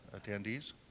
attendees